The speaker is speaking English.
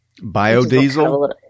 Biodiesel